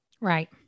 Right